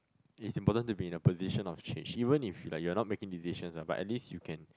it's important to be in the position of chase even if like you are not making decisions ah but at least you can